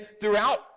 throughout